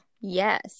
yes